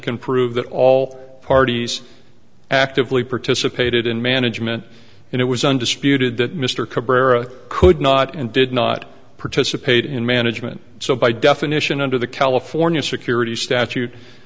can prove that all parties actively participated in management and it was undisputed that mr cabrera could not and did not participate in management so by definition under the california security statute